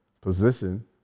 position